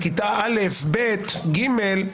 בכיתה א',ב',ג',